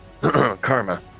Karma